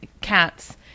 cats